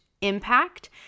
impact